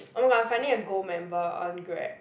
oh my god I'm finally a gold member on Grab